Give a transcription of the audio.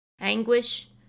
Anguish